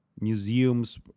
Museums